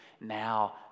now